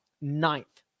Ninth